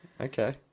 Okay